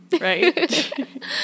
Right